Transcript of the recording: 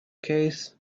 case